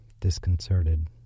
disconcerted